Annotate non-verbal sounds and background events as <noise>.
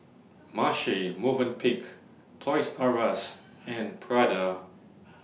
Marche Movenpick Toys R US and Prada <noise>